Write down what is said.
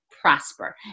prosper